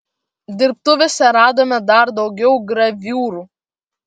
dirbtuvėse radome dar daugiau graviūrų